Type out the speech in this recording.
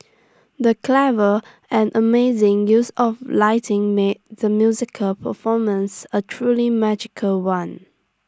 the clever and amazing use of lighting made the musical performance A truly magical one